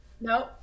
Nope